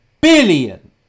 billion